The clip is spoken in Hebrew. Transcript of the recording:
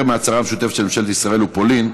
מההצהרה המשותפת של ממשלת ישראל ופולין,